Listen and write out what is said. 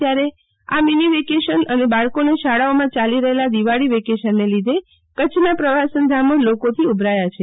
ત્યારે આ mini vacation અને બાળકોને શાળાઓમાં યાલી રહેલા દિવાળી વેકેશનને લીધે કચ્છના પ્રવાસધામો લોકોથી ઉભરાય છે